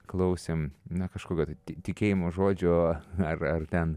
klausėm na kažkokio tai tikėjimo žodžio ar ar ten